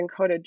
encoded